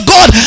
God